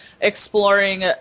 exploring